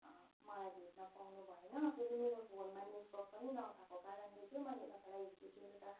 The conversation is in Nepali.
मलाई भेट्न पाउनु भएन फेरि मेरो फोनमा नेटवर्क पनि नभएको कारणले चाहिँ मैले तपाईँलाई हिजो बेलुका